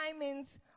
diamonds